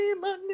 money